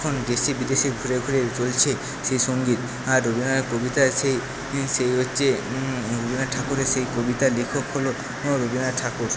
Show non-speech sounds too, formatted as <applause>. এখন দেশে বিদেশে ঘুরে ঘুরে চলছে সেই সঙ্গীত আর রবীন্দ্রনাথের কবিতায় সেই সেই হচ্ছে রবীন্দ্রনাথ ঠাকুরের সেই কবিতার লেখক হলো <unintelligible> রবীন্দ্রনাথ ঠাকুর